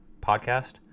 podcast